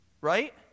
Right